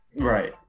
Right